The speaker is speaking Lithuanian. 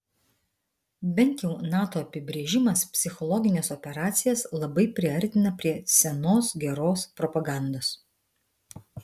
bent jau nato apibrėžimas psichologines operacijas labai priartina prie senos geros propagandos